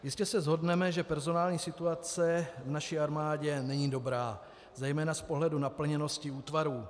Jistě se shodneme, že personální situace v naší armádě není dobrá zejména z pohledu naplněnosti útvarů.